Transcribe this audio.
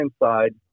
inside